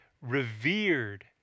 Revered